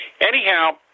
Anyhow